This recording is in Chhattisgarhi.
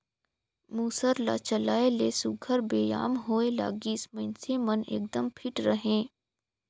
मूसर ल चलाए ले सुग्घर बेयाम होए लागिस, मइनसे मन एकदम फिट रहें